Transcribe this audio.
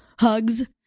hugs